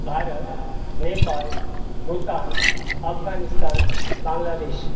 Bharat Nepal Bhutan Afghanistan Bangladesh